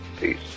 Peace